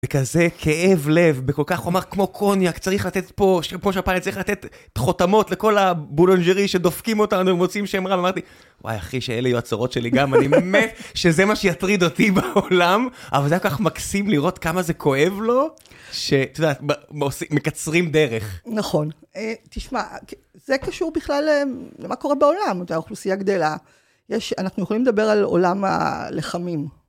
וכזה כאב לב, בכל כך... הוא אמר, כמו קוניאק, צריך לתת פה, פה שמפניה, צריך לתת חותמות לכל הבולאנג'רי שדופקים אותנו ומוציאים שם רע. אמרתי, וואי, אחי, שאלה היו הצרות שלי גם, אני מת... שזה מה שיטריד אותי בעולם, אבל זה היה כל כך מקסים לראות כמה זה כואב לו, שאת יודעת, מקצרים דרך. נכון. תשמע, זה קשור בכלל למה קורה בעולם, האוכלוסייה גדלה. יש... אנחנו יכולים לדבר על עולם הלחמים.